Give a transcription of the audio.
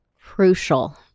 Crucial